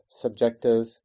subjective